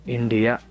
India